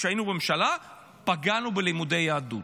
כשהיינו בממשלה, פגענו בלימודי יהדות.